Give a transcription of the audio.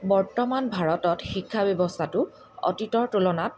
বৰ্তমান ভাৰতত শিক্ষা ব্যৱস্থাটো অতীতৰ তুলনাত